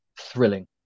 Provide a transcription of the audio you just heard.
thrilling